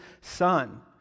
Son